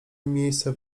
miejsce